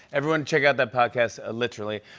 everyone check out that podcast ah literally!